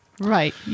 Right